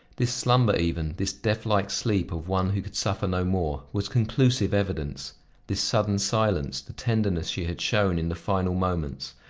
this slumber even, this deathlike sleep of one who could suffer no more, was conclusive evidence this sudden silence, the tenderness she had shown in the final moments,